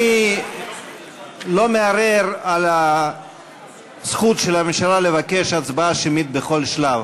אני לא מערער על הזכות של הממשלה לבקש הצבעה שמית בכל שלב,